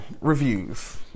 reviews